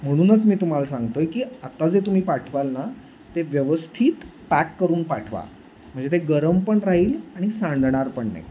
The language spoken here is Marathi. म्हणूनच मी तुम्हाला सांगतोय की आता जे तुम्ही पाठवाल ना ते व्यवस्थित पॅक करून पाठवा म्हणजे ते गरम पण राहील आणि सांडणार पण नाही